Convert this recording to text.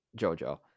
JoJo